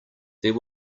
there